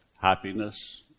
happiness